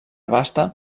basta